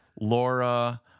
Laura